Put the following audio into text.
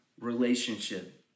relationship